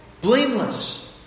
Blameless